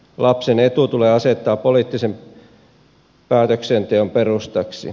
lapsen etu tulee asettaa poliittisen päätöksenteon perustaksi